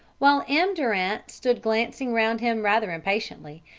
while m. durant stood glancing round him rather impatiently,